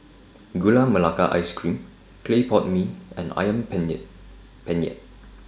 Gula Melaka Ice Cream Clay Pot Mee and Ayam Penyet Penyet